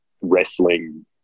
wrestling